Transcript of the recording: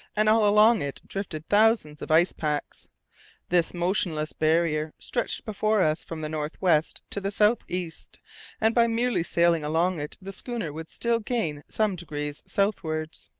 and all along it drifted thousands of ice-packs. this motionless barrier stretched before us from the north-west to the south-east, and by merely sailing along it the schooner would still gain some degrees southwards.